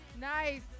nice